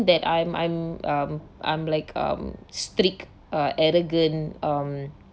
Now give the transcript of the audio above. that I'm I'm um I'm like um strict uh arrogant um